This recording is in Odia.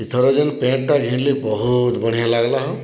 ଇଥର ଯେନ୍ ପ୍ୟାଣ୍ଟ୍ଟା ଘିନ୍ଲି ବହୁତ୍ ବଢ଼ିଆ ଲାଗ୍ଲା ହୋ